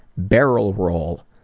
barrel roll,